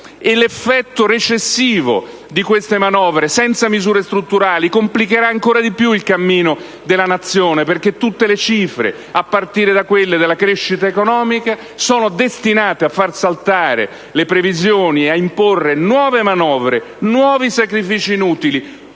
L'effetto recessivo di queste manovre, senza misure strutturali, complicherà ancora di più il cammino della Nazione, perché tutte le cifre, a partire da quelle della crescita economica, sono destinate a far saltare le previsioni e ad imporre nuove manovre, nuovi sacrifici inutili,